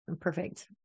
Perfect